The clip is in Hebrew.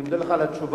אני מודה לך על התשובה.